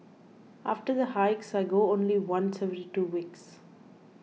after the hikes I go only once every two weeks